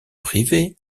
privé